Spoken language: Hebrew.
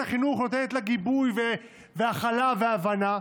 החינוך נותנת לה גיבוי והכלה והבנה,